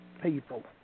people